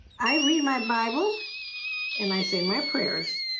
i read my bible and i say my prayers,